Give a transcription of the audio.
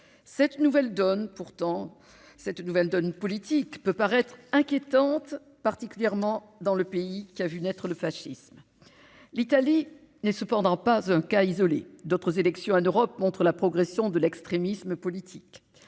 cette nouvelle donne politique peut paraître inquiétante, particulièrement dans le pays qui a vu naître le fascisme, l'Italie n'est cependant pas un cas isolé, d'autres élections en Europe montre la progression de l'extrémisme politique,